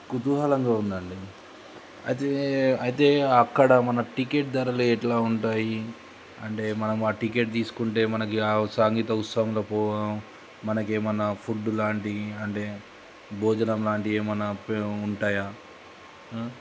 కుతూహలంగా ఉందండి అయితే అయితే అక్కడ మన టిక్కెట్ ధరలు ఎట్లా ఉంటాయి అంటే మనం ఆ టిక్కెట్ తీసుకుంటే మనకి ఆ సంగీత ఉత్సవంలో మనకి ఏమైనా ఫుడ్ లాంటివి అంటే భోజనం లాంటివి ఏమైనా ఉంటాయా